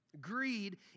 Greed